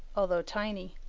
although tiny.